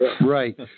Right